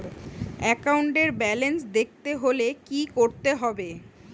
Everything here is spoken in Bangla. একাউন্টের ব্যালান্স দেখতে হলে কি করতে হবে?